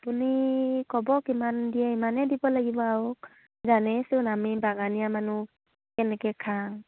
আপুনি ক'ব কিমান দিয়ে ইমানেই দিব লাগিব আৰু জানেইচোন আমি বাগানীয়া মানুহ কেনেকৈ খাওঁ